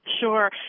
Sure